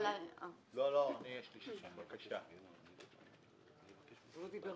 יש לי שאלה לרשות